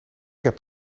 heb